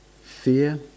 fear